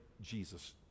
Jesus